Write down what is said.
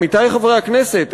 עמיתי חברי הכנסת,